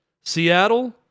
Seattle